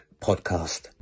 Podcast